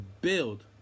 build